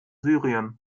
syrien